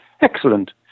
Excellent